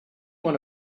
want